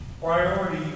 priority